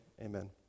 amen